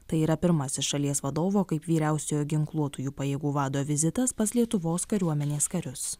tai yra pirmasis šalies vadovo kaip vyriausiojo ginkluotųjų pajėgų vado vizitas pas lietuvos kariuomenės karius